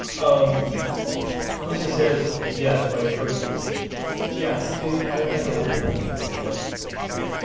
um pusa says yes by church rules yeah see i'd never heard of that before but okay